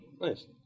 Nice